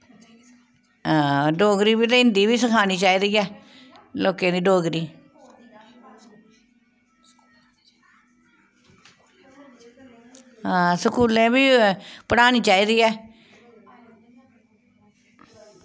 हां डोगरी बी ते हिन्दी बी सखानी चाहिदी ऐ लोकें गी डोगरी हां स्कूलें च बी पढ़ानी चाहिदी ऐ